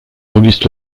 auguste